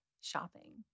shopping